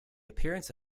appearance